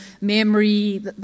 memory